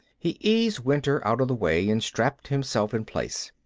he eased winter out of the way and strapped himself in place.